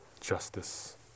justice